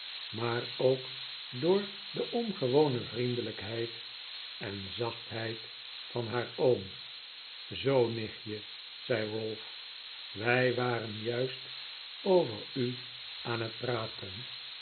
maar ook door de ongewone vriendelijkheid en zachtheid van haar oom zoo nichtje zei ralph wij waren juist over u aan het praten